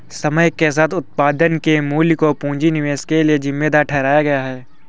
समय के साथ उत्पादन के मूल्य को पूंजी निवेश के लिए जिम्मेदार ठहराया गया